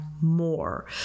more